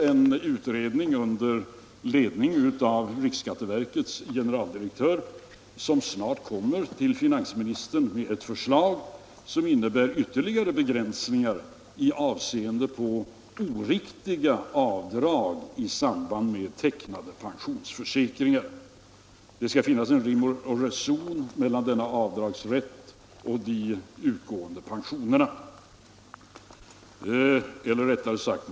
En utredning som arbetar under ledning av riksskatteverkets generaldirektör kommer inom kort att för finansministern lägga fram ett förslag som innebär ytterligare begränsningar av möjligheterna till obefogade avdrag i samband med tecknade pensionsförsäkringar. Det skall finnas rim och reson i förhållandet mellan denna avdragsrätt och de utgående pensionerna.